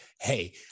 hey